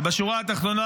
בשורה התחתונה,